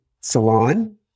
salon